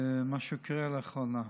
מה שקורה לאחרונה.